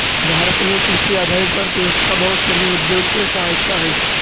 भारत में कृषि आधारित अर्थव्यवस्था बहुत सनी उद्योग के सहायिका हइ